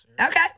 Okay